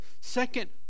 Second